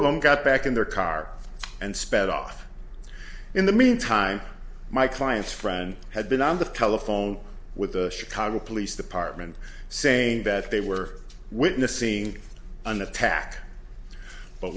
of them got back in their car and sped off in the mean time my client's friend had been on the telephone with the chicago police department saying that they were witnessing an attack but